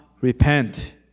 repent